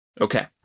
Okay